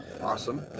Awesome